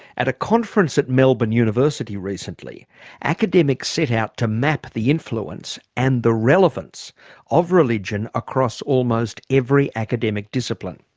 at a conference at melbourne university recently academics set out to map the influence and the relevance of religion across almost every academic discipline.